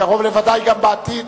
וקרוב לוודאי גם בעתיד,